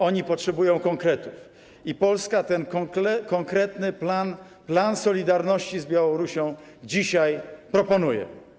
Oni potrzebują konkretów i Polska ten konkretny plan, plan solidarności z Białorusią dzisiaj proponuje.